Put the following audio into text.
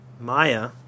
Maya